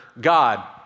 God